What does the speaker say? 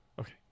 Okay